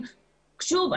שוב,